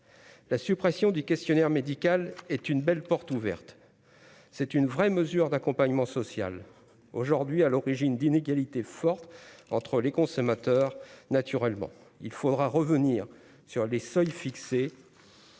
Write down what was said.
La suppression du questionnaire médical est une belle porte ouverte, c'est une vraie mesure d'accompagnement social, aujourd'hui, à l'origine d'inégalités fortes entre les consommateurs, naturellement, il faudra revenir sur les seuils fixés